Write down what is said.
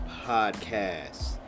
Podcast